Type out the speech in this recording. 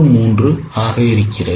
13 ஆக இருக்கிறது